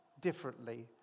differently